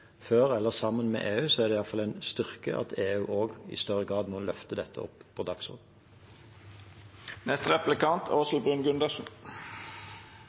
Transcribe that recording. før eller sammen med EU, er det i hvert fall en styrke at EU også i større grad nå løfter dette opp på